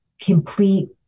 complete